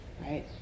right